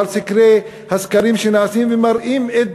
והסקרים שנעשים ומראים את